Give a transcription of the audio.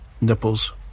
nipples